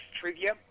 trivia